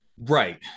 Right